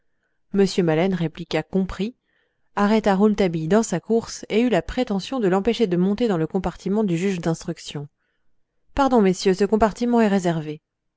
maleine répliqua compris arrêta rouletabille dans sa course et eut la prétention de l'empêcher de monter dans le compartiment du juge d'instruction pardon messieurs ce compartiment est réservé